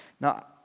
Now